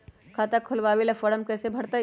खाता खोलबाबे ला फरम कैसे भरतई?